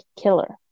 killer